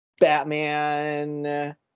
Batman